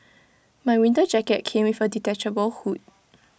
my winter jacket came with A detachable hood